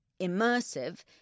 Immersive